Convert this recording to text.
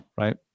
Right